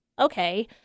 okay